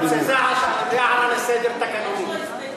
זו הערה לסדר, תקנונית.